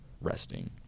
resting